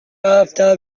آفتاب